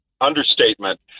understatement